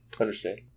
Understand